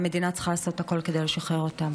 המדינה צריכה לעשות הכול כדי לשחרר אותם.